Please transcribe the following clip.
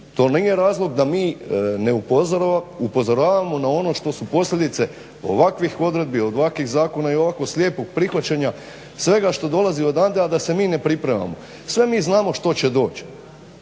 to nije razlog da mi ne upozoravamo na ono što su posljedice ovakvih odredbi, ovakvih zakona i ovako slijepog prihvaćenja svega što dolazi od …/Govornik se ne razumije./… da se mi ne pripremamo. Sve mi znamo što će doći